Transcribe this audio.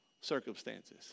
circumstances